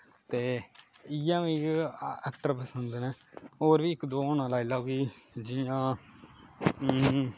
ते इ'यै मिगी ऐक्टर पंसद न होर बी इक दो होना लाई लैओ कि जियां हूं